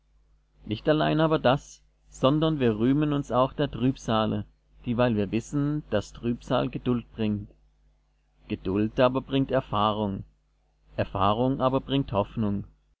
nicht allein aber das sondern wir rühmen uns auch der trübsale dieweil wir wissen daß trübsal geduld bringt geduld aber bringt erfahrung erfahrung aber bringt hoffnung